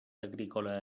agrícola